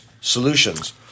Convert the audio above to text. solutions